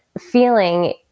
feeling